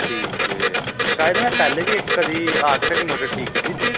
ਠੀਕ ਜੇ ਸ਼ਾਇਦ ਮੈਂ ਪਹਿਲੇ ਵੀ ਇੱਕ ਵਾਰੀ ਆ ਕੇ ਤੁਹਾਡੀ ਮੋਟਰ ਠੀਕ ਕੀਤੀ ਸੀ